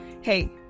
hey